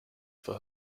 for